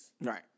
Right